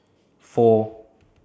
four